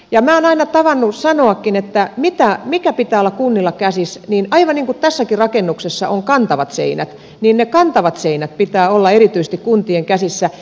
minä olen aina tavannut sanoakin siitä minkä pitää olla kunnilla käsissä että aivan niin kuin tässäkin rakennuksessa on kantavat seinät niin erityisesti niiden kantavien seinien pitää olla kuntien käsissä